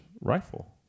rifle